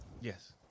Yes